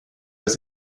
des